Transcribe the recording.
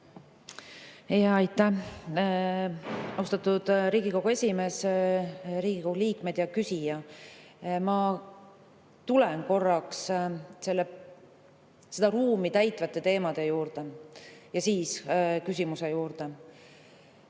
Aitäh, austatud Riigikogu esimees! Head Riigikogu liikmed ja küsija! Ma tulen korraks seda ruumi täitvate teemade juurde ja siis asun küsimuse juurde.